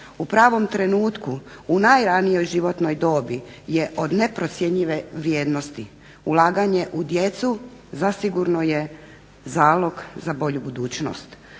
u pravom trenutku u najranijoj životnoj dobi je od neprocjenjive vrijednosti. Ulaganje u djecu zasigurno je zalog za bolju budućnost.